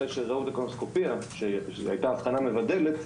אחרי שהם ראו את הקולונוסקופיה שהייתה אבחנה מבדלת,